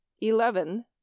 eleven